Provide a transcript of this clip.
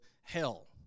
hell